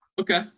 Okay